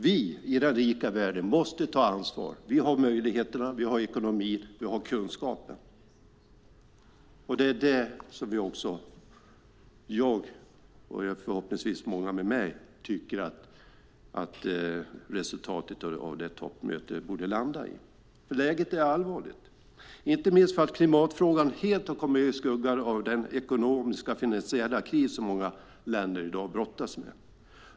Vi i den rika världen måste ta ansvar. Vi har möjligheterna, vi har ekonomin och vi har kunskapen. Det är också det som jag och förhoppningsvis många med mig tycker att resultatet av toppmötet borde landa i. Läget är allvarligt, inte minst för att klimatfrågan helt har kommit i skuggan av den ekonomiska finansiella kris som många länder i dag brottas med.